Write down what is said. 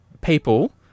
people